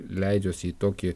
leidžiuosi į tokį